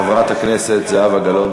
חברת הכנסת זהבה גלאון,